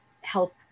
help